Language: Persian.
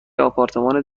آپارتمان